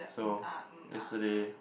so yesterday